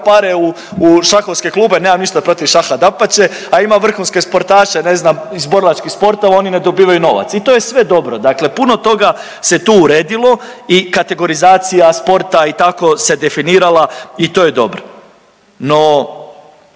pare u šahovske klubove, nema ništa protiv šaha dapače, a ima vrhunske sportaše ne znam iz borilačkih sportova, oni ne dobivaju novac. I to je sve dobro, dakle puno se tu uredilo i kategorizacija sporta i tako se definirala i to je dobro. No,